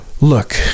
look